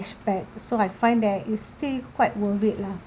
cashback so I find that it's still quite worth it lah